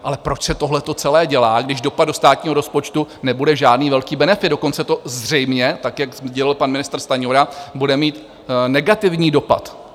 Ale proč se tohle celé dělá, když dopad do státního rozpočtu nebude žádný velký benefit, dokonce to zřejmě, tak jak pan ministr Stanjura, bude mít negativní dopad?